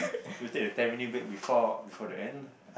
you take a ten minute break before before the end